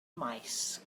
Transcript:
maes